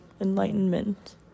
enlightenment